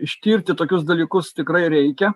ištirti tokius dalykus tikrai reikia